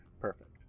Perfect